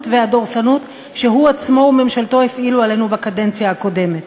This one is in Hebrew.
והדורסנות שהוא עצמו וממשלתו הפעילו עלינו בקדנציה הקודמת.